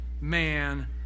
man